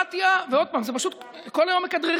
ביורוקרטיה, ועוד פעם, זה פשוט, כל היום מכדררים.